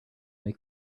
make